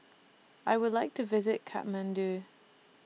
I Would like to visit Kathmandu